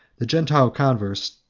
the gentile converts,